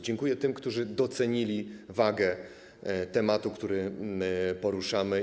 Dziękuję tym, którzy docenili wagę tematu, który poruszamy.